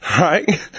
right